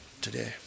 today